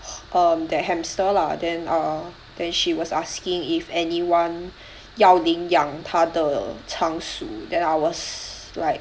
um that hamster lah then err then she was asking if anyone 要领养她的仓鼠 then I was like